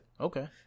Okay